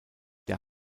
der